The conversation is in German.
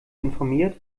informiert